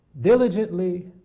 diligently